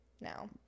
now